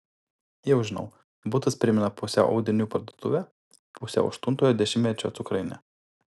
jau žinau butas primena pusiau audinių parduotuvę pusiau aštuntojo dešimtmečio cukrainę